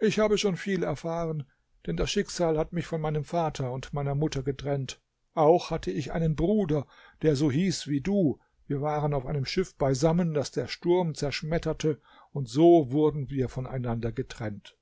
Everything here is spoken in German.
ich habe schon viel erfahren denn das schicksal hat mich von meinem vater und meiner mutter getrennt auch hatte ich einen bruder der so hieß wie du wir waren auf einem schiff beisammen das der sturm zerschmetterte und so wurden wir voneinander getrennt